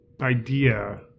idea